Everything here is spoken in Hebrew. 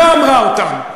לא אמרה אותם.